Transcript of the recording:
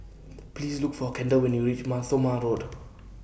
Please Look For Kendall when YOU REACH Mar Thoma Road